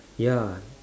ya